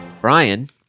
Brian